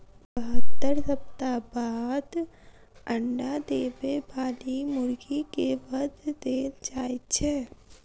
बहत्तर सप्ताह बाद अंडा देबय बाली मुर्गी के वध देल जाइत छै